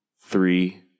three